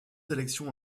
sélection